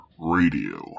Radio